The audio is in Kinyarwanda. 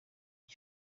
iki